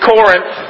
Corinth